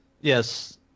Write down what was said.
yes